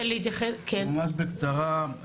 ממש בקצרה,